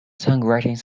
songwriting